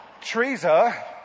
Teresa